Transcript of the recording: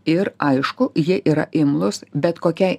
ir aišku jie yra imlūs bet kokiai